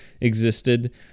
existed